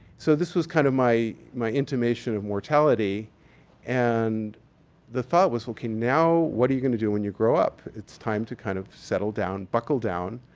so, this was kind of my my intimation of mortality and the thought was looking, now, what are you doing to do when you grow up? it's time to kind of settle down, buckle down,